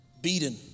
beaten